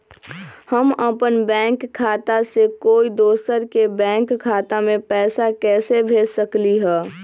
हम अपन बैंक खाता से कोई दोसर के बैंक खाता में पैसा कैसे भेज सकली ह?